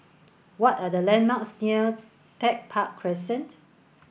what are the landmarks near Tech Park Crescent